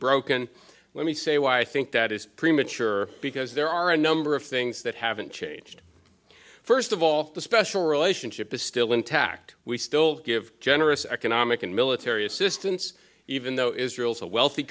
broken let me say why i think that is premature because there are a number of things that haven't changed first of all the special relationship is still intact we still give generous economic and military assistance even though israel is a wealthy